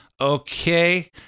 Okay